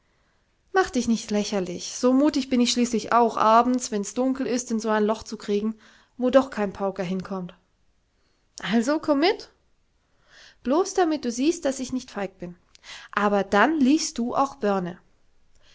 mach dich nicht lächerlich so mutig bin ich schließlich auch abends wenns dunkel ist in so ein loch zu kriegen wo doch kein pauker hinkommt also komm mit blos damit du siehst daß ich nicht feig bin aber dann liest du auch börne